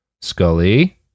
Scully